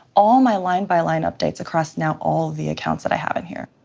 all my line-by-line updates across now all the accounts that i have in here.